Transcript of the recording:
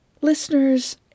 Listeners